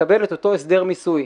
יקבל את אותו הסדר מיסוי.